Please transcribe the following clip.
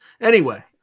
Anyway-